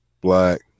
black